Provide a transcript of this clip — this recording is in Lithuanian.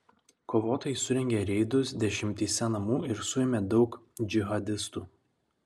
kovotojai surengė reidus dešimtyse namų ir suėmė daug džihadistų